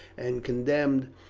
and condemned,